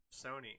Sony